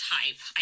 type